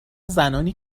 زنانی